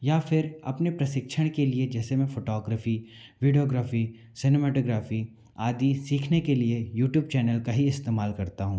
या फिर अपने प्रशिक्षण के लिए जैसे मैं फोटोग्रॉफी वीडियोग्रॉफी सिनेमैटोग्राफी आदि सीखने के लिए यूट्यूब चैनल का ही इस्तेमाल करता हूँ